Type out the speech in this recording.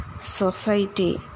society